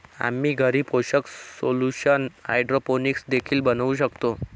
आम्ही घरी पोषक सोल्यूशन हायड्रोपोनिक्स देखील बनवू शकतो